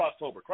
Crossover